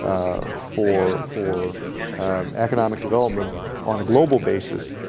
for for economic development on a global basis,